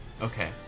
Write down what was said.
Okay